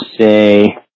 say